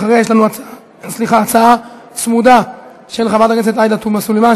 אחריה יש לנו הצעה צמודה של חברת הכנסת עאידה תומא סלימאן,